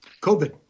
COVID